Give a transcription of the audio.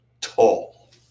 tall